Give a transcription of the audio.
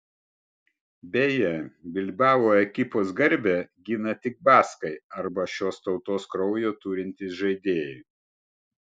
beje bilbao ekipos garbę gina tik baskai arba šios tautos kraujo turintys žaidėjai